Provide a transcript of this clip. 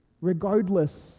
regardless